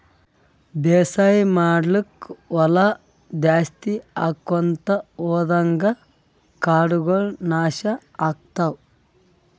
ಬೇಸಾಯ್ ಮಾಡ್ಲಾಕ್ಕ್ ಹೊಲಾ ಜಾಸ್ತಿ ಆಕೊಂತ್ ಹೊದಂಗ್ ಕಾಡಗೋಳ್ ನಾಶ್ ಆಗ್ಲತವ್